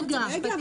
רגע.